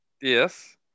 Yes